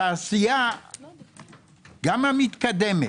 התעשייה גם המתקדמת,